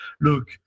look